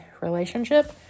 relationship